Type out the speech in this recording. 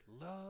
love